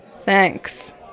Thanks